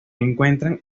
encuentran